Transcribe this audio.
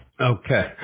Okay